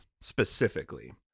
specifically